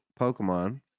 Pokemon